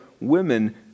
women